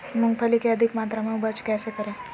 मूंगफली के अधिक मात्रा मे उपज कैसे करें?